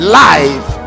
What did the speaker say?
life